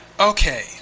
Okay